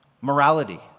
morality